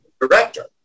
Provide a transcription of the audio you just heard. director